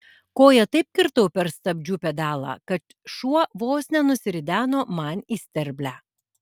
koja taip kirtau per stabdžių pedalą kad šuo vos nenusirideno man į sterblę